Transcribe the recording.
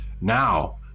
now